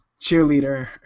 cheerleader